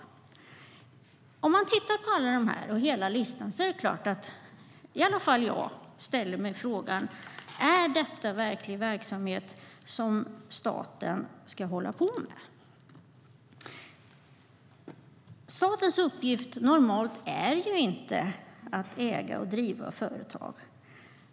Statens uppgift är normalt inte att äga och driva företag.